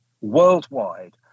worldwide